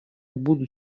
будут